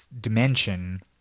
dimension